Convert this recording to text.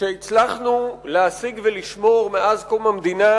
שהצלחנו להשיג ולשמור מאז קום המדינה,